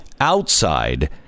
outside